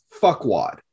Fuckwad